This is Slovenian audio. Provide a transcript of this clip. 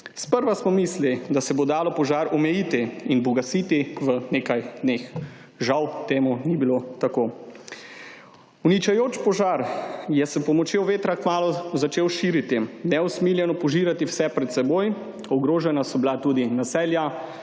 Sprva smo mislili, da se bo dalo požar omejiti in pogasiti v nekaj dneh; žal, to ni bilo tako. Uničujoč požar se je s pomočjo vetra kmalu začel širiti, neusmiljeno požirati vse pred seboj, ogrožena so bila tudi naselja,